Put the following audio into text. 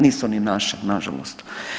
Nisu ni naše, nažalost.